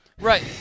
Right